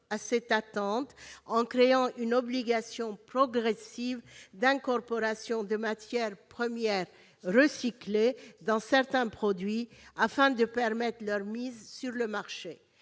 à cette attente, en créant une obligation progressive d'incorporation de matières premières recyclées dans certains produits, afin de permettre leur mise sur le marché.